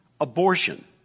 abortion